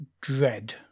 Dread